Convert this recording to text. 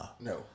no